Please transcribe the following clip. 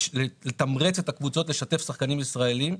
ולתמרץ את הקבוצות לשתף שחקנים ישראלים,